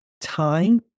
time